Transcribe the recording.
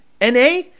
NA